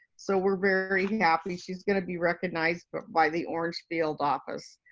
so we're very happy, she's gonna be recognized but by the orange field office.